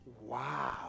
Wow